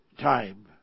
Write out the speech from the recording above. time